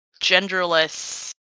genderless